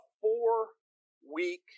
four-week